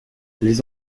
les